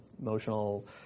emotional